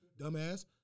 Dumbass